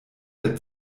der